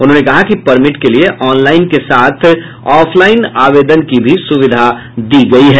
उन्होंने कहा कि परिमट के लिये ऑनलाइन के साथ ऑफलाइन आवेदन की भी सुविधा दी गयी है